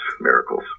miracles